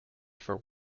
for